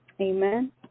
amen